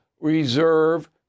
reserve